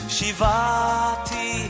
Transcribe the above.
Shivati